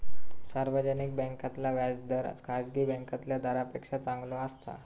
सार्वजनिक बॅन्कांतला व्याज दर खासगी बॅन्कातल्या दरांपेक्षा चांगलो असता